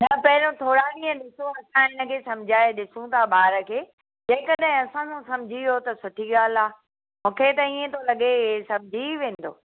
न पहिरों थोरा ॾींहं ॾिसो असां हिनखे सम्झाए ॾिसूं था ॿार खे जेकॾहिं असां सां सम्झी वियो त सुठी ॻाल्हि आहे मूंखे त ईअं ई थो लॻे हीउ सम्झी ई वेंदो